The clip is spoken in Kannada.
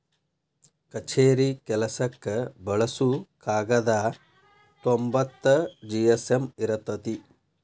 ಕಛೇರಿ ಕೆಲಸಕ್ಕ ಬಳಸು ಕಾಗದಾ ತೊಂಬತ್ತ ಜಿ.ಎಸ್.ಎಮ್ ಇರತತಿ